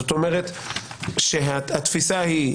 זאת אומרת שהתפיסה היא,